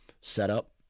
setup